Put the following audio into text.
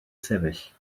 sefyll